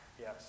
yes